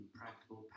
practical